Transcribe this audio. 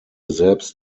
selbst